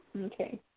Okay